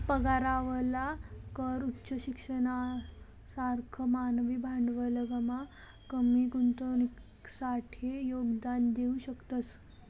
पगारावरला कर उच्च शिक्षणना सारखा मानवी भांडवलमा कमी गुंतवणुकसाठे योगदान देऊ शकतस